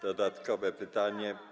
Dodatkowe pytanie.